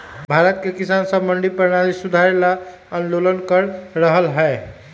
भारत के किसान स मंडी परणाली सुधारे ल आंदोलन कर रहल हए